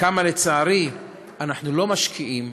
וכמה לצערי אנחנו לא משקיעים